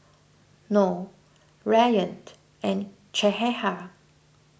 Noh Rayyaned and Cahaya